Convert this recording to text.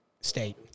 state